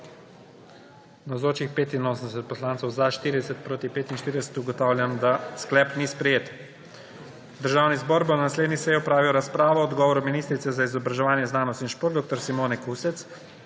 45. (Za je glasovalo 40.)(Proti 45.) Ugotavljam, da sklep ni sprejet. Državni zbor bo na naslednji seji opravil razpravo o odgovoru ministrice za izobraževanje, znanost in šport dr. Simone Kustec